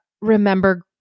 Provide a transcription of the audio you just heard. remember